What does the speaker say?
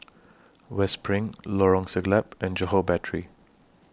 West SPRING Lorong Siglap and Johore Battery